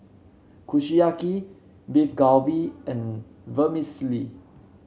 Kushiyaki Beef Galbi and Vermicelli